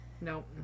Nope